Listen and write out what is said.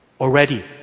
Already